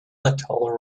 little